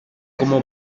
como